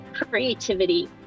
creativity